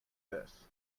this